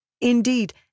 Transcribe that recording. Indeed